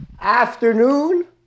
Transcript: afternoon